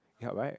help right